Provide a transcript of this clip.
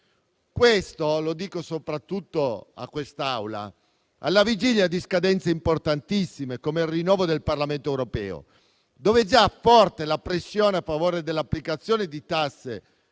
Questo - lo dico soprattutto a quest'Assemblea - alla vigilia di scadenze importantissime come il rinnovo del Parlamento europeo, dove è già forte la pressione a favore dell'applicazione di tasse